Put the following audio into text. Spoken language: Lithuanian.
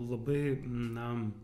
labai na